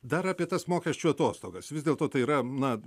dar apie tas mokesčių atostogas vis dėlto tai yra na